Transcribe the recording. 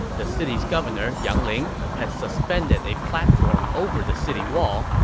the city's governor yang ling had suspended a platform over the city wall,